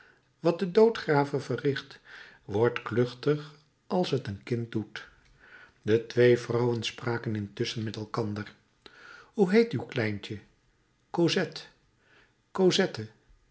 wat de doodgraver verricht wordt kluchtig als het een kind doet de twee vrouwen spraken intusschen met elkander hoe heet uw kleintje